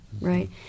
right